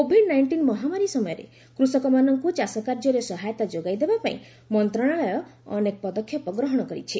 Covid nineteen ମହାମାରୀ ସମୟରେ କୃଷକମାନଙ୍କୁ ଚାଷ କାର୍ଯ୍ୟରେ ସହାୟତା ଯୋଗାଇ ଦେବାପାଇଁ ମନ୍ତ୍ରଣାଳୟ ଅନେକ ପଦକ୍ଷେପ ଗ୍ରହଣ କରିଛି